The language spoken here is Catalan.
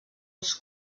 els